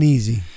Easy